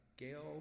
Gail